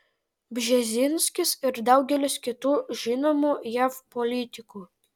bžezinskis ir daugelis kitų žinomų jav politikų